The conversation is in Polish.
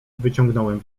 wyciągnąłem